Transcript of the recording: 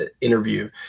interview